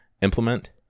implement